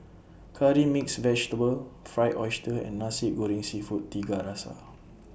Curry Mixed Vegetable Fried Oyster and Nasi Goreng Seafood Tiga Rasa